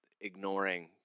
ignoring